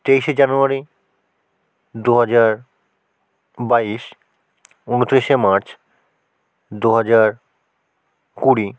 তেইশে জানুয়ারি দুহাজার বাইশ উনতিরিশে মার্চ দুহাজার কুড়ি